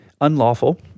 unlawful